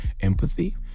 empathy